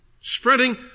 spreading